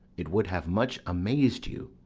it would have much amaz'd you.